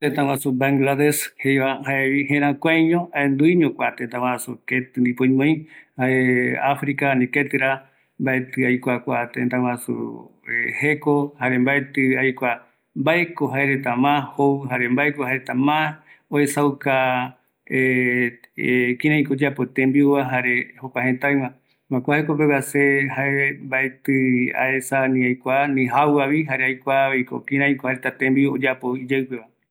Kua banglades, jaevi aikua ketɨguava, aesaavi, jare jae vaera kïraïko jembiu retava, jaevaeravi, kïraïko oyapo reta, jare kuako ikavi, jëëgätu yauvaera, oïmeko aipo jaereta pegua ikaviyeyeva